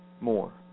more